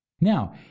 Now